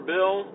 Bill